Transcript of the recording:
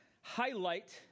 highlight